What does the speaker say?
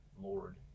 Lord